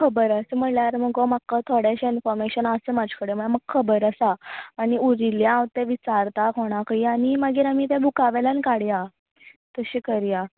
खबर आसा म्हणल्यार मुगो म्हाक थोडेशें इंनफोरमेंशन आस म्हाजे कडेन म्हाका खबर आसा आनी उरिल्लें हांव तें विचारतां कोणाकय आनी मागीर आमी तें बुका वयल्यान काडया तशें करयां